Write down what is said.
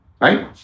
right